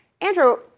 Andrew